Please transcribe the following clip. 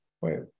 Wait